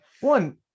one